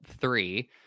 three